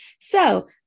So-